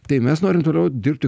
taip mes norim toliau dirbti